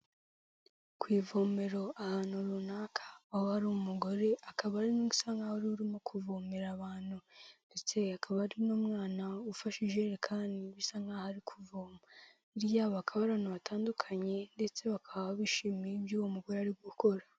Ku ivomero ahantu runaka waba ari umugore akaba ari usa nkaho urimo kuvomera abantu ndetse akaba ari n'umwana ufashe ijerekani bisa nkaho'aho ari kuvoma biriya bakaba ari batandukanye ndetse bakaba bishimiye ibyo uwo mugore ari gukora.